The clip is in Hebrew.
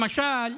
למשל,